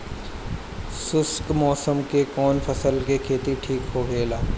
शुष्क मौसम में कउन फसल के खेती ठीक होखेला?